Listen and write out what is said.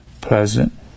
Pleasant